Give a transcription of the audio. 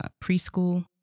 preschool